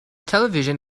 television